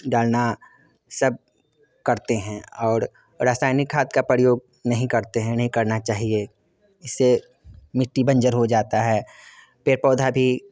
डालना सब करते हैं और रासायनिक खाद का प्रयोग नहीं करते हैं नहीं करना चाहिए इससे मिट्टी बंजर हो जाती है पेड़ पौधे भी